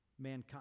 mankind